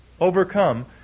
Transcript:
overcome